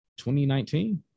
2019